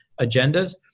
agendas